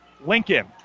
Lincoln